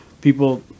people